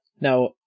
Now